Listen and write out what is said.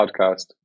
podcast